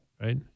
Right